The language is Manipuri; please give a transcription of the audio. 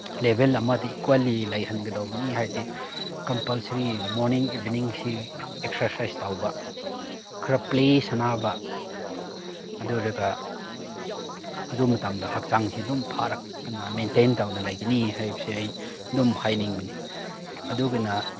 ꯂꯦꯕꯦꯜ ꯑꯃꯗꯤ ꯏꯀ꯭ꯋꯦꯜꯂꯤ ꯂꯩꯍꯟꯒꯗꯧꯕꯅꯤ ꯍꯥꯏꯕꯗꯤ ꯀꯝꯄꯜꯁꯔꯤ ꯃꯣꯔꯅꯤꯡ ꯏꯚꯤꯅꯤꯡꯁꯤ ꯑꯦꯛꯁꯔꯁꯥꯏꯁ ꯇꯧꯕ ꯈꯔ ꯄ꯭ꯂꯦ ꯁꯥꯟꯅꯕ ꯑꯗꯨ ꯑꯣꯏꯔꯒ ꯑꯗꯨ ꯃꯇꯝꯗ ꯍꯛꯆꯥꯡꯁꯤ ꯑꯗꯨꯝ ꯐꯔꯛꯇꯅ ꯃꯦꯟꯇꯦꯟ ꯇꯧꯅ ꯂꯩꯒꯅꯤ ꯍꯥꯏꯕꯁꯦ ꯑꯩ ꯑꯗꯨꯝ ꯍꯥꯏꯅꯤꯡꯕꯅꯤ ꯑꯗꯨꯒꯤꯅ